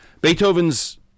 beethoven's